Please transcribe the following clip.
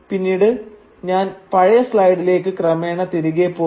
പിന്നീട് ഞാൻ പഴയ സ്ലൈഡിലേക്ക് ക്രമേണ തിരികെ പോകും